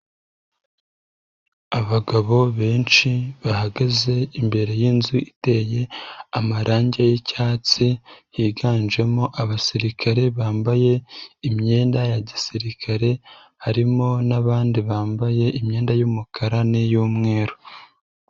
Abagabo benshi bahagaze imbere y'inzu iteye amarange y'icyatsi, higanjemo abasirikare bambaye imyenda ya gisirikare, harimo n'abandi bambaye imyenda y'umukara n'iy'umweru.